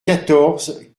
quatorze